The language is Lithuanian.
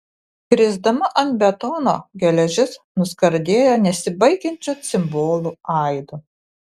krisdama ant betono geležis nuskardėjo nesibaigiančiu cimbolų aidu